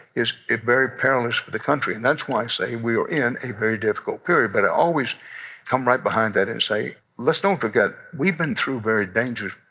is very perilous for the country. and that's why i say we are in a very difficult period, but i always come right behind that and say let's don't forget we've been through very dangerous,